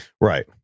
Right